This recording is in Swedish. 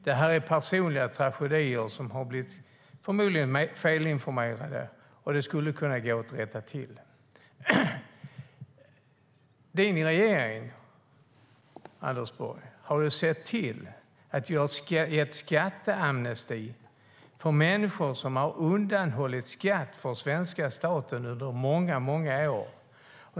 Det är personliga tragedier på grund av fel information. Det skulle kunna gå att rätta till. Din regering, Anders Borg, har gett skatteamnesti för människor som har undanhållit skatt för svenska staten under många år.